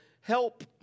help